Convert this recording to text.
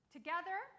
Together